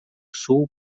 sul